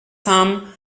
sum